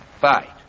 fight